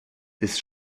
ist